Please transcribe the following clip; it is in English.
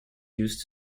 used